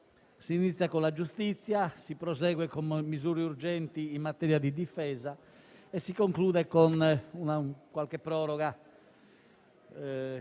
si inizia con la giustizia, si prosegue con misure urgenti in materia di difesa e si conclude con qualche proroga,